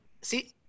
see